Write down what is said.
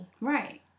Right